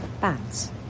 bats